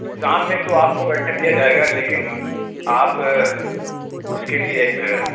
exam میں تو آپ کو بیٹھنے دیا جائے گا لیکن آپ اس کے لئے ایک